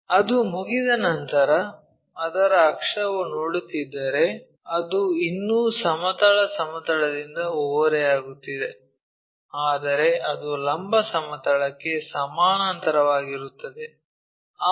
ಅದು ಮುಗಿದ ನಂತರ ಅದರ ಅಕ್ಷವು ನೋಡುತ್ತಿದ್ದರೆ ಅದು ಇನ್ನೂ ಸಮತಲ ಸಮತಲದಿಂದ ಓರೆಯಾಗುತ್ತಿದೆ ಆದರೆ ಅದು ಲಂಬ ಸಮತಲಕ್ಕೆ ಸಮಾನಾಂತರವಾಗಿರುತ್ತದೆ